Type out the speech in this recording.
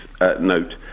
note